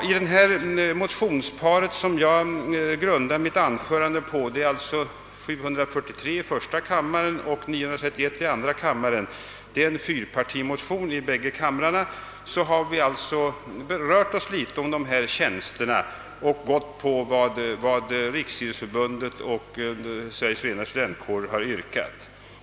I de motioner som jag grundar mitt anförande på, I: 473 och II: 931 — de är fyrpartimotioner —, har vi berört frågan om dessa tjänster och biträtt vad Riksidrottsförbundet och Sveriges förenade studentkårer har yrkat.